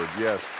yes